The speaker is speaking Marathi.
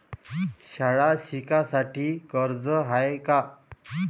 शाळा शिकासाठी कर्ज हाय का?